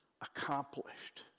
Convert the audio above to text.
accomplished